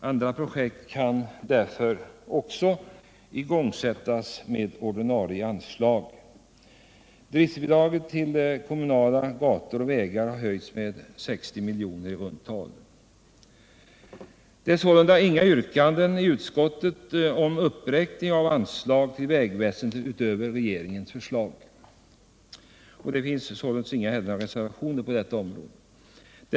Andra projekt kan därför också igångsättas med ordinarie Driftbidraget till byggande av kommunala vägar och gator har höjts med i runt tal 60 milj.kr. Det finns sålunda inga yrkanden från utskottet om uppräkning av anslag till vägväsendet utöver regeringens förslag, och det finns heller inga reservationer på detta område.